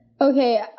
okay